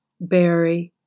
Berry